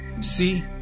See